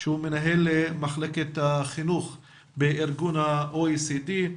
שהוא מנהל מחלקת החינוך בארגון ה-OECD.